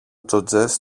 τζοτζές